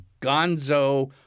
gonzo